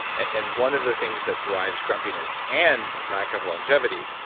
and and one of the things that drives grumpiness and lack of longevity,